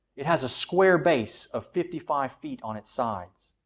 it has square base of fifty five feet on its sides.